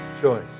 choice